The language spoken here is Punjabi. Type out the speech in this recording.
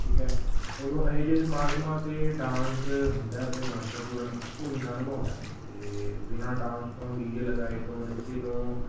ਠੀਕ ਹੈ ਉਦੋਂ ਇਹੋ ਜਿਹੇ ਸਮਾਗਮਾਂ 'ਤੇ ਡਾਂਸ ਹੁੰਦਾ ਅਤੇ ਮਹੱਤਵਪੂਰਨ ਭੂਮਿਕਾ ਨਿਭਾਉਂਦਾ ਅਤੇ ਬਿਨਾ ਡਾਂਸ ਤੋਂ ਡੀ ਜੇ ਲਗਾਏ ਤੋਂ ਨੱਚੇ ਤੋਂ